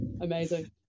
Amazing